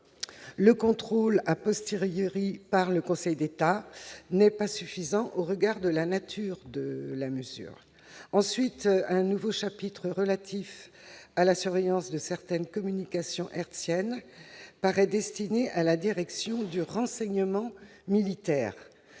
le contrôle par le Conseil d'État n'est pas suffisant au regard de la nature de la mesure. Ensuite, un nouveau chapitre relatif à la surveillance de certaines communications hertziennes paraît destiné à la direction du renseignement militaire,